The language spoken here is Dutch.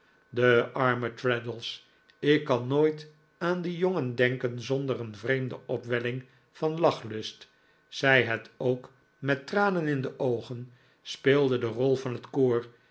de arme traddles ik kan nooit aan dien jongen denken zonder een vreemde opwelling van lachlust zij het ook met tranen in de oogen speelde de rol van het koor